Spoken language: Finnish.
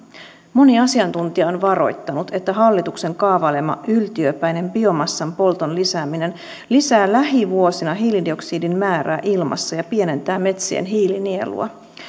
moni asiantuntija on varoittanut että hallituksen kaavailema yltiöpäinen biomassan polton lisääminen lisää lähivuosina hiilidioksidin määrää ilmassa ja pienentää metsien hiilinielua